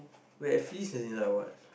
we have freeze is in like